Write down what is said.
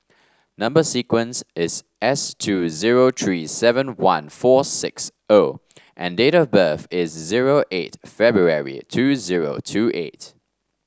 number sequence is S two zero three seven one four six O and date of birth is zero eight February two zero two eight